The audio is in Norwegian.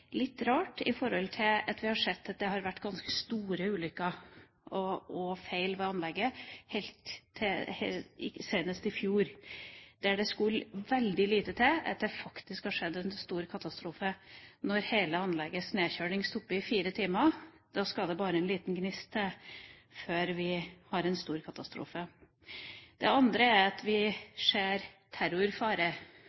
litt rart sett opp mot at det har vært ganske store ulykker og feil ved anlegget, senest i fjor, der det skulle veldig lite til før det faktisk hadde skjedd en stor katastrofe. Når hele anleggets nedkjøling stopper i fire timer, skal det bare en liten gnist til før vi har en stor katastrofe. Det andre er at vi